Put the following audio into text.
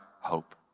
hope